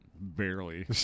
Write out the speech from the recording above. Barely